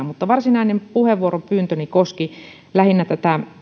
mutta varsinainen puheenvuoropyyntöni koski lähinnä tätä